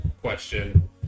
question